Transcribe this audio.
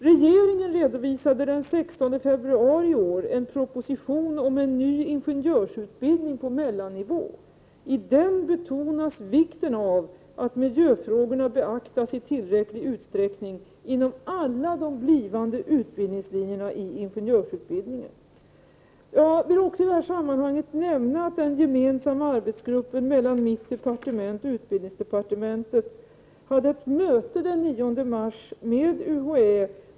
Regeringen redovisade i en proposition av den 16 januari i år ett förslag om en ny ingenjörsutbildning på mellannivå. I propositionen betonas vikten av att miljöfrågorna beaktas i tillräcklig utsträckning inom alla de blivande utbildningslinjerna i ingenjörsutbildningen. Jag vill i det här sammanhanget också nämna att den gemensamma arbetsgruppen mellan miljöoch energidepartementet och utbildningsdepartementet hade ett möte den 9 mars med UHÄ.